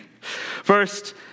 First